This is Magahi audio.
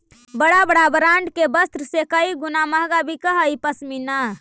बड़ा बड़ा ब्राण्ड के वस्त्र से कई गुणा महँगा बिकऽ हई पशमीना